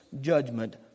judgment